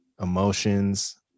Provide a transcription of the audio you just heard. emotions